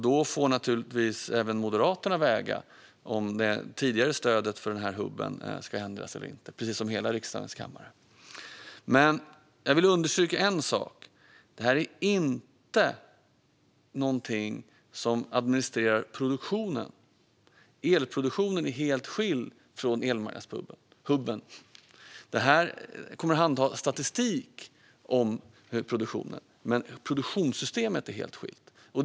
Då får naturligtvis även Moderaterna, precis som hela riksdagens kammare, avväga om det tidigare stödet för hubben ska ändras eller inte. Jag vill dock understryka en sak: Det här är inte någonting som administrerar produktionen. Elproduktionen är helt skild från elmarknadshubben. Det här systemet kommer att handha statistik om produktionen, men produktionssystemet är helt skilt från detta.